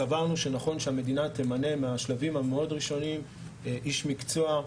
סברנו שנכון שהמדינה תמנה מהשלבים המאוד ראשוניים איש מקצוע,